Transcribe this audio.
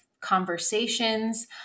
conversations